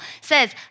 says